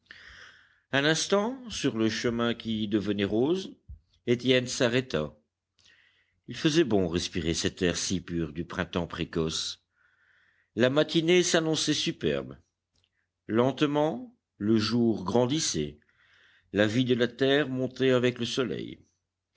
un instant sur le chemin qui devenait rose étienne s'arrêta il faisait bon respirer cet air si pur du printemps précoce la matinée s'annonçait superbe lentement le jour grandissait la vie de la terre montait avec le soleil